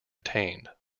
attained